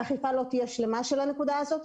האכיפה של הנקודה הזאת לא תהיה שלמה.